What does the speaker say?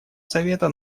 совета